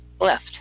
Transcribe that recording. Left